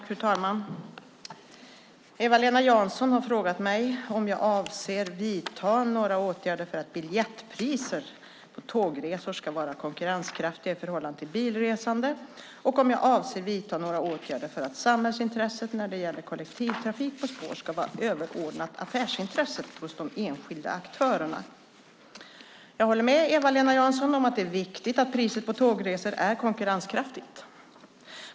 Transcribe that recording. Fru talman! Eva-Lena Jansson har frågat mig om jag avser att vidta några åtgärder för att biljettpriser på tågresor ska vara konkurrenskraftiga i förhållande till bilresande och om jag avser att vidta några åtgärder för att samhällsintresset när det gäller kollektivtrafik på spår ska vara överordnat affärsintresset hos de enskilda aktörerna. Jag håller med Eva-Lena Jansson om att det är viktigt att priset för tågresor är konkurrenskraftigt.